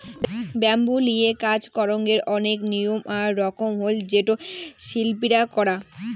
bamboo লিয়ে কাজ করঙ্গের অনেক নিয়ম আর রকম হই যেটো শিল্পীরা করাং